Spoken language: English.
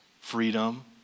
freedom